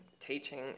teaching